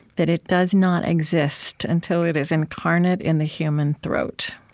that it does not exist until it is incarnate in the human throat.